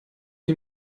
die